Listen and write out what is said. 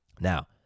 Now